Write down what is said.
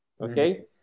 Okay